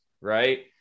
right